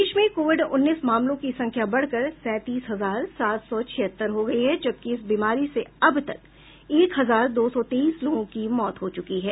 देश में कोविड उन्नीस मामलों की संख्या बढ़कर सैंतीस हजार सात सौ छिहत्तर हो गई है जबकि इस बीमारी से अब तक एक हजार दो सौ तेईस लोगों की मौत हो चुकी है